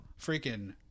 freaking